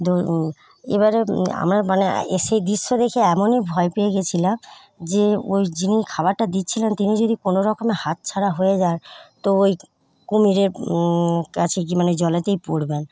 এবারে আমরা মানে সেই দৃশ্য দেখে এমনই ভয় পেয়ে গেছিলাম যে ওই যিনি খাবারটা দিচ্ছিলেন তিনি যদি কোনোরকমে হাত ছাড়া হয়ে যান তো ওই কুমিরের কাছে গিয়ে মানে জলেতেই পড়বেন